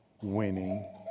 winning